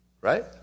right